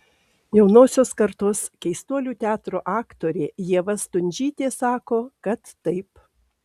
jaunosios kartos keistuolių teatro aktorė ieva stundžytė sako kad taip